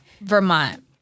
Vermont